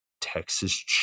Texas